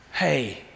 hey